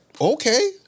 Okay